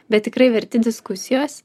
bet tikrai verti diskusijos